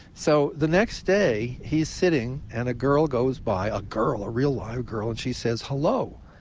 so the next day he's sitting, and a girl goes by a girl, a real, live girl and she says hello.